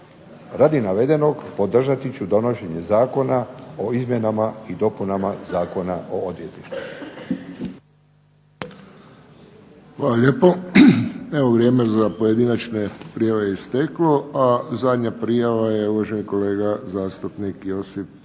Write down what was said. Radi navedenog podržati ću donošenje Zakona o izmjenama i dopunama Zakona o odvjetništvu. **Friščić, Josip (HSS)** Hvala lijepo. Evo vrijeme za pojedinačne prijave je isteklo, a zadnja prijava je uvaženi kolega zastupnik Josip